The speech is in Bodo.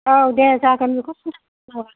औ दे जागोन बेखौ सिनथा खालामनो नाङा